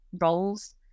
roles